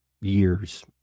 years